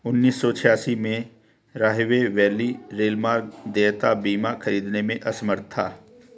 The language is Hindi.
उन्नीस सौ छियासी में, राहवे वैली रेलमार्ग देयता बीमा खरीदने में असमर्थ था